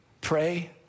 pray